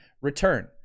return